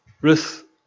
Ruth